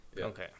Okay